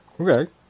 Okay